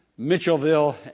Mitchellville